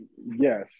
Yes